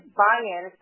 buy-in